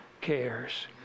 cares